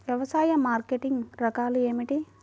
వ్యవసాయ మార్కెటింగ్ రకాలు ఏమిటి?